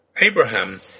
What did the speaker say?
Abraham